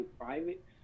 private